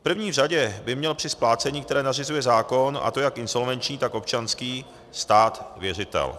V první řadě by měl při splácení, které nařizuje zákon, a to jak insolvenční, tak občanský, stát věřitel.